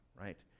right